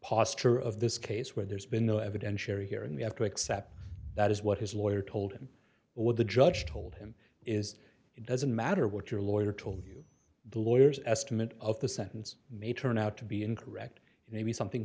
posture of this case where there's been no evidentiary hearing we have to accept that is what his lawyer told him what the judge told him is it doesn't matter what your lawyer told you the lawyers estimate of the sentence may turn out to be incorrect and maybe something